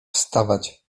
wstawać